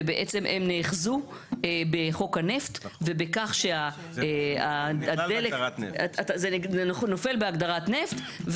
ובעצם הם נאחזו בחוק הנפט ובכך שהדלק --- נכלל בהגדרת נפט.